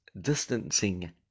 distancing